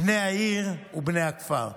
בני העיר ובני הכפר,